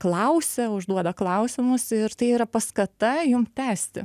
klausia užduoda klausimus ir tai yra paskata jum tęsti